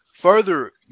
Further